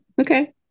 Okay